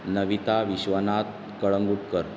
Navita Vishwanath Kalangutkar